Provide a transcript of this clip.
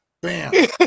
bam